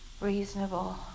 reasonable